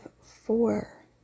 four